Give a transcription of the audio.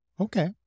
Okay